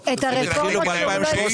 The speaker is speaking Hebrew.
נכון.